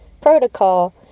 protocol